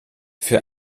für